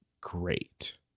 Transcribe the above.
great